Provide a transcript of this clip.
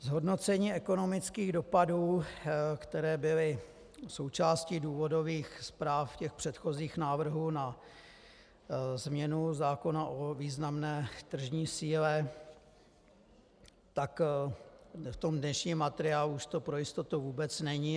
Zhodnocení ekonomických dopadů, které byly součástí důvodových zpráv těch předchozích návrhů na změnu zákona o významné tržní síle, tak v tom dnešním materiálu už to pro jistotu už to vůbec není.